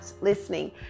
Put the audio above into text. listening